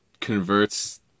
converts